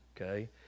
okay